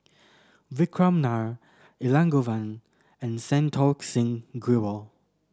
Vikram Nair Elangovan and Santokh Singh Grewal